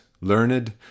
learned